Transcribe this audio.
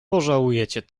pożałujecie